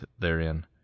therein